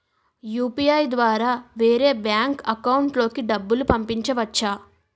UPI ద్వారా వేరే bank account లోకి డబ్బులు పంపించవచ్చా?